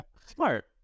Smart